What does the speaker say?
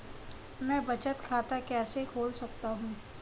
मैं बचत खाता कैसे खोल सकता हूँ?